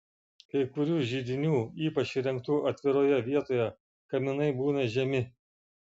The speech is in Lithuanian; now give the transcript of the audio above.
kai kurių židinių ypač įrengtų atviroje vietoje kaminai būna žemi